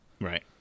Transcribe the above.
Right